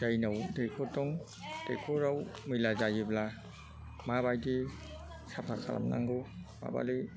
जायनाव दैखर दं दैखरआव मैला जायोब्ला माबायदि साफा खालामनांगौ माबायदि